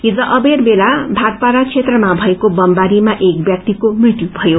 हिज अबेर बेला भाटपाड़ा बेत्रमा भएको बमबारीमा एक व्यक्तिको मृत्यु भयो